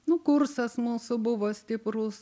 nu kursas mūsų buvo stiprus